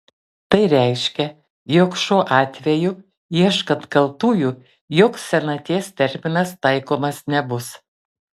tai reiškia jog šiuo atveju ieškant kaltųjų joks senaties terminas taikomas nebus